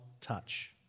touch